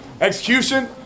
Execution